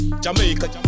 Jamaica